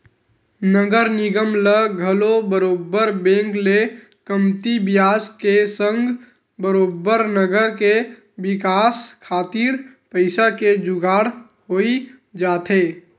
नगर निगम ल घलो बरोबर बेंक ले कमती बियाज के संग बरोबर नगर के बिकास खातिर पइसा के जुगाड़ होई जाथे